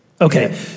Okay